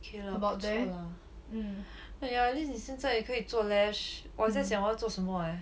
okay lah 不错 lah !haiya! at least 你现在你可以做 lash 我在想我要做什么 eh